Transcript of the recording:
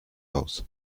aus